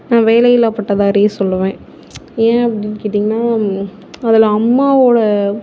நான் வேலையில்லா பட்டதாரி சொல்லுவேன் ஏன் அப்படின்னு கேட்டீங்கன்னா அதில் அம்மாவோடய